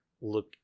look